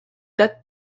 datent